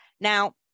Now